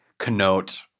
Connote